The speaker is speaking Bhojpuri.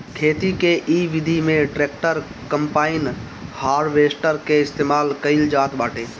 खेती के इ विधि में ट्रैक्टर, कम्पाईन, हारवेस्टर के इस्तेमाल कईल जात बाटे